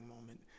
moment